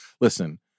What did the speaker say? Listen